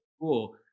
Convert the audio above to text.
Cool